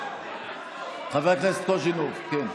חבר הכנסת קוז'ינוב, כן?